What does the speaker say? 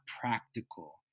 practical